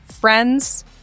Friends